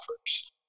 offers